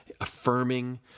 affirming